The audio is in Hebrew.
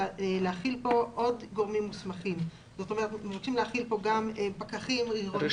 הוא גורם מוסמך כאמור בפסקאות (1), (2) ו-(4)